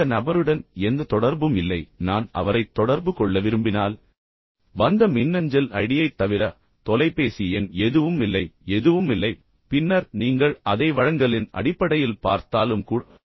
அதன் பிறகு இந்த நபருடன் எந்த தொடர்பும் இல்லை நான் அவரைத் தொடர்பு கொள்ள விரும்பினால் வந்த மின்னஞ்சல் ஐடியைத் தவிர தொலைபேசி எண் எதுவும் இல்லை எதுவும் இல்லை பின்னர் நீங்கள் அதை வழங்கலின் அடிப்படையில் பார்த்தாலும் கூட